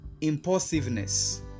impulsiveness